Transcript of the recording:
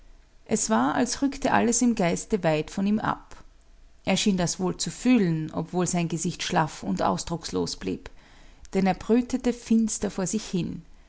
es war als rückte alles im geiste weit von ihm ab er schien das wohl zu fühlen obwohl sein gesicht schlaff und ausdruckslos blieb denn er brütete finster vor sich hin